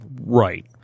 Right